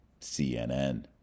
CNN